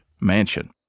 mansion